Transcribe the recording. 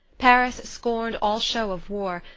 paris scorned all show of war,